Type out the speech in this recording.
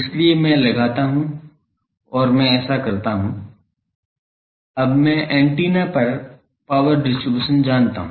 इसलिए मैं लगाता हूं और मैं ऐसा करता हूं अब मैं एंटीना पर पावर डिस्ट्रीब्यूशन जानता हूं